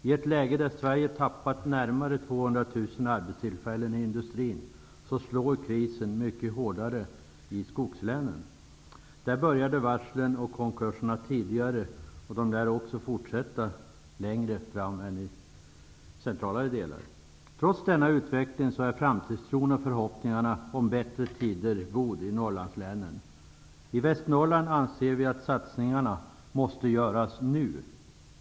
I ett läge där Sverige tappat närmare 200 000 arbetstillfällen i industrin slår krisen mycket hårdare i skogslänen. Där började varslen och konkurserna tidigare, och de lär också fortsätta längre än i centralare delar av landet. Trots denna utveckling är framtidstron och förhoppningarna om bättre tider goda i Norrlandslänen. I Västernorrland anser vi att satsningarna måste göras nu.